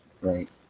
Right